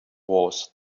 was